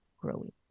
growing